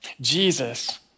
Jesus